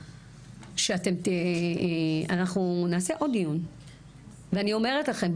אנחנו נעשה עוד דיון ואני אומרת לכם,